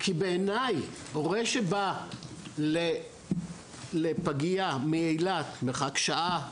כי בעיניי הורה שבא לפגייה מאילת מרחק שעה,